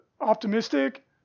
optimistic